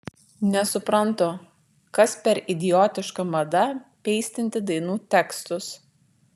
nesuprantu kas per idiotiška mada peistinti dainų tekstus